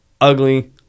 Ugly